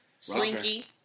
Slinky